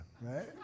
right